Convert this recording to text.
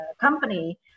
company